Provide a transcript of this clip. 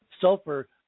sulfur